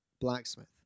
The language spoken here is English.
blacksmith